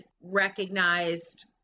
recognized